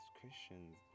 Christians